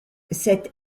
cette